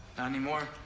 not anymore,